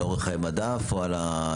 על אורך חיי מדף או על הסלמונלה?